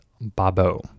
Babo